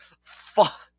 fuck